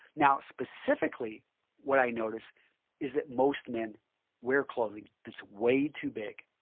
now specifically what i notice is that most men wear clothing that's way too big.